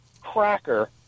cracker